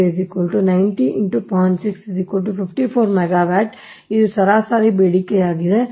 6 54 megawatt ಇದು ಸರಾಸರಿ ಬೇಡಿಕೆಯಾಗಿದೆ